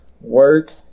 work